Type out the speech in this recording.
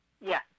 yes